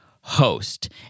host